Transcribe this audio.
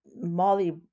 Molly